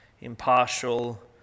impartial